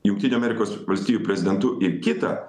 jungtinių amerikos valstijų prezidentu ir kitą